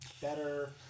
better